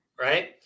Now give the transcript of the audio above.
right